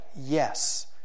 yes